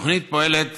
התוכנית פועלת,